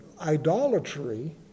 idolatry